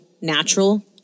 natural